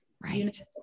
Right